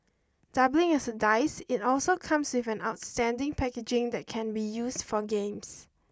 doubling as a dice it also comes if an outstanding packaging that can be used for games